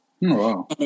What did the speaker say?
Wow